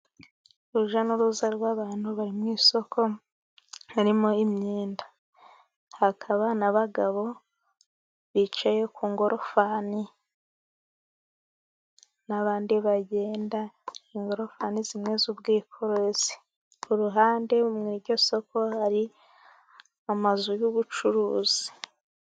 Urujyanuruza rw' abantu bari mu isoko, harimo imyenda, hakaba n' abagabo bicaye ku ngorofani n' abandi bagenda; ingorofani zimwe z' ubwikorezi, ku ruhande mu iryo soko hari amazu y' ubucuruzi.